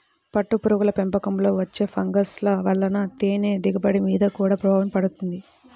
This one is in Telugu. పట్టుపురుగుల పెంపకంలో వచ్చే ఫంగస్ల వలన తేనె దిగుబడి మీద గూడా ప్రభావం పడుతుంది